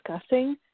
discussing